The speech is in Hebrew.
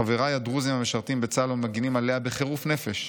חבריי הדרוזים המשרתים בצה"ל ומגינים עליה בחירוף נפש,